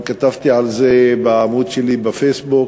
וגם כתבתי על זה בעמוד שלי בפייסבוק.